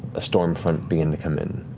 a storm front began to come in.